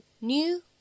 new